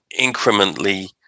incrementally